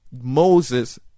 Moses